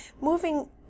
moving